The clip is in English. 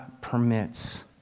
permits